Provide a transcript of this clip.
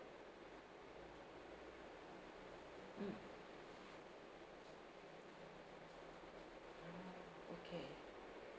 mm okay